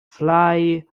fly